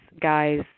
guys